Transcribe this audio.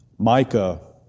Micah